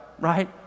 right